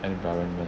environment